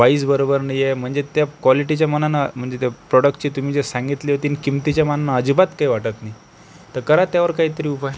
voice बरोबर नाही आहे म्हणजे त्या क्वॉलटिच्या मानानं म्हणजे त्या प्रॉडक्टची तुम्ही जी सांगितली होती किंमतीच्या मानाने अजिबात काय वाटत नाही तर करा त्यावर काय तरी उपाय